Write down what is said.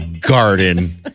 garden